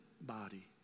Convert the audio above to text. body